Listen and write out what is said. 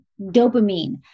dopamine